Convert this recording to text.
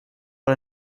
vor